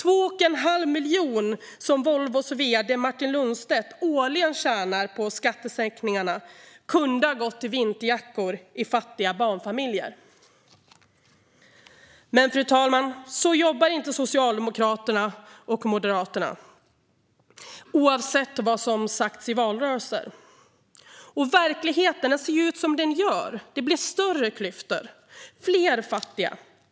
De 2 1⁄2 miljoner som Volvos vd Martin Lundstedt årligen tjänar på skattesänkningen kunde ha gått till vinterjackor i fattiga barnfamiljer. Men, fru talman, så jobbar inte Socialdemokraterna och Moderaterna, oavsett vad som sagts i valrörelsen. Verkligheten ser ut som den gör. Det blir större klyftor och fler fattiga.